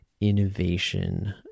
innovation